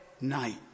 night